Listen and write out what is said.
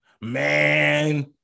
Man